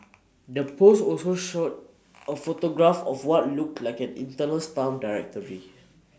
the post also short A photograph of what looked like an internal staff directory